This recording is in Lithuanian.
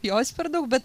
jos per daug bet